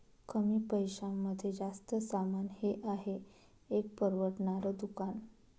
कमी पैशांमध्ये जास्त सामान हे आहे एक परवडणार दुकान